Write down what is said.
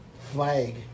flag